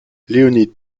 leonid